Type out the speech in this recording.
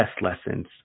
lessons